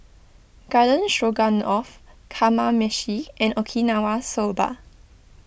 Garden Stroganoff Kamameshi and Okinawa Soba